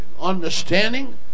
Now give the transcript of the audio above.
understanding